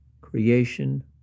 creation